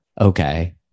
okay